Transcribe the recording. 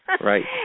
Right